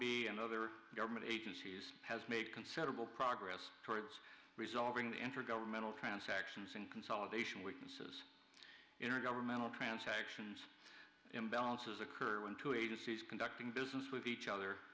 a and other government agencies has made considerable progress towards resolving the intergovernmental transactions and consolidation weaknesses intergovernmental transactions imbalances occur in two agencies conducting business with each other